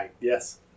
Yes